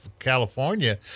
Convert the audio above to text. california